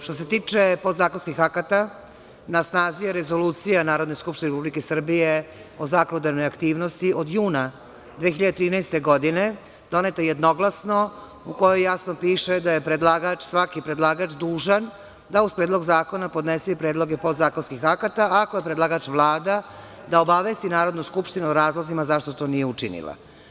Što se tiče podzakonskih akata, na snazi je Rezolucija Narodne skupštine Republike Srbije o zakonodavnoj aktivnosti od juna 2013. godine, doneta jednoglasno, u kojoj jasno piše da je svaki predlagač dužan da uz predlog zakona podnese i predloge podzakonskih akata, a ako je predlagač Vlada, da obavesti Narodnu skupštinu o razlozima zašto to nije učinila.